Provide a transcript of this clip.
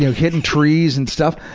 you know hitting trees and stuff.